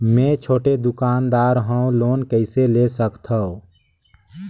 मे छोटे दुकानदार हवं लोन कइसे ले सकथव?